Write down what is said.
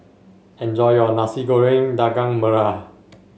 enjoy your Nasi Goreng Daging Merah